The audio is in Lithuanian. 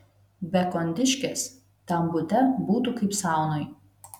be kondiškės tam bute būtų kaip saunoj